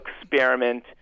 experiment